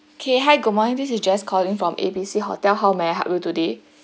okay hi good morning this is jess calling from A B C hotel how may I help you today